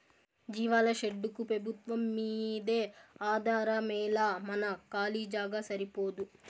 జీవాల షెడ్డుకు పెబుత్వంమ్మీదే ఆధారమేలా మన కాలీ జాగా సరిపోదూ